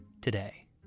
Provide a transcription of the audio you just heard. today